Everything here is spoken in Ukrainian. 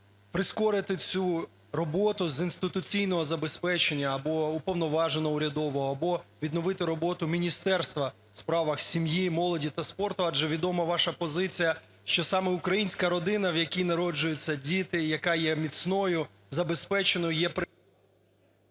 прискорити цю роботу з інституційного забезпечення або Уповноваженого урядового, або відновити роботу Міністерства у справах сім'ї і молоді та спорту, адже відома ваша позиція, що саме українська родина, в якій народжуються діти, і яка є міцною… ГОЛОВУЮЧИЙ. 30 секунд.